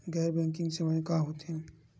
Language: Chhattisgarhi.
गैर बैंकिंग सेवाएं का होथे?